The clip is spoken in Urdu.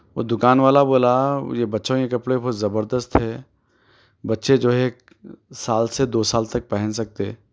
وہ دکان والا بولا یہ بچوں کے کپڑے بہت زبردست ہے بچے جو ہے سال سے دو سال تک پہن سکتے